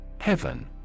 Heaven